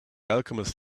alchemist